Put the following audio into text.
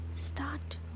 Start